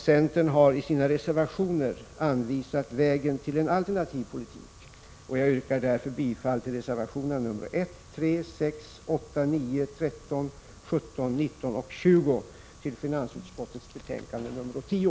Centern har i sina reservationer anvisat vägen till en alternativ politik, och jag yrkar därför bifall till reservationerna nr 1, 3,6, 8, 9, 13, 17, 19 och 20 till finansutskottets betänkande 10.